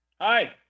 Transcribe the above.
hi